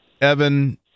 Evan